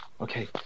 Okay